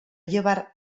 llevar